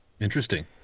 Interesting